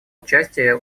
участие